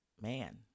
man